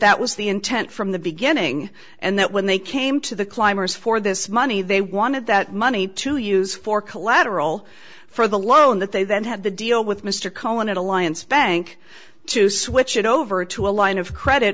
that was the intent from the beginning and that when they came to the climbers for this money they wanted that money to use for collateral for the loan that they then had to deal with mr cohen in alliance bank to switch it over to a line of credit